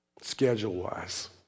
schedule-wise